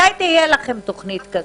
מתי תהיה לכם תוכנית כזו?